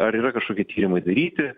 ar yra kažkokie tyrimai daryti